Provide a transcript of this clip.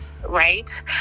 right